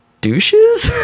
douches